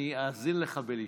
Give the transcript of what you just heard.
אני אאזין לך בלשכתי.